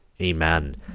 Amen